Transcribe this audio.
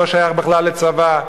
שלא שייך בכלל לצבא,